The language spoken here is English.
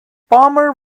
palmer